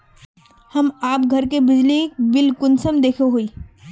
हम आप घर के बिजली बिल कुंसम देखे हुई?